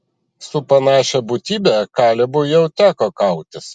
su panašia būtybe kalebui jau teko kautis